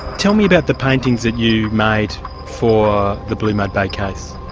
tell me about the paintings that you made for the blue mud bay case.